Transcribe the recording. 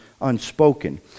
unspoken